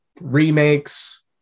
remakes